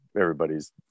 everybody's